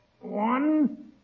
One